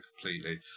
completely